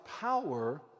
power